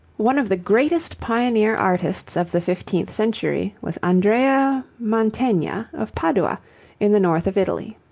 one of the greatest pioneer artists of the fifteenth century was andrea mantegna of padua in the north of italy.